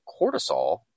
cortisol